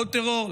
עוד טרור,